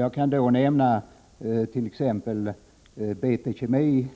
Jag kan som exempel nämna BT-Kemi